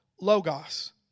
Logos